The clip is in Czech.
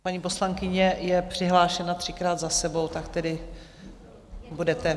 Paní poslankyně je přihlášena třikrát za sebou, tak tedy budete...